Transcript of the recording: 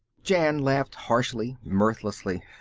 jan laughed harshly, mirthlessly.